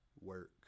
work